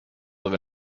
live